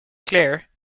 clear